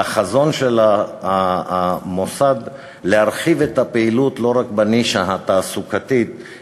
והחזון של המוסד להרחיב את הפעילות לא רק בנישה התעסוקתית,